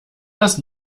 das